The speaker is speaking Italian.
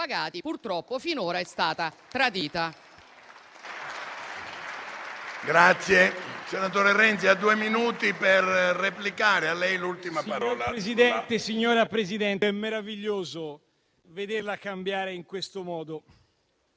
purtroppo finora è stato tradito.